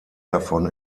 davon